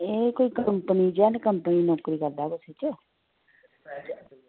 एह् कोई कंपनी च कंपनी च नौकरी करदा कुसै च